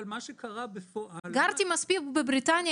אבל מה שקרה בפועל --- גרתי מספיק בבריטניה